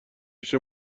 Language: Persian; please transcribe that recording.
پیش